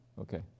Okay